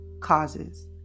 causes